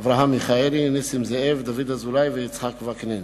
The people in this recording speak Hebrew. אברהם מיכאלי, נסים זאב, דוד אזולאי ויצחק וקנין.